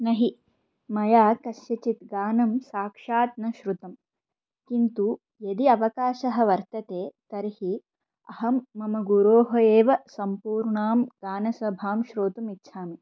न हि मया कस्यचित् गानं साक्षात् न श्रुतं किन्तु यदि अवकाशः वर्तते तर्हि अहं मम गुरोः एव सम्पूर्णां गानसभां श्रोतुम् इच्छामि